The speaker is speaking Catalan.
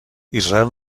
israel